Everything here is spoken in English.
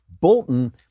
Bolton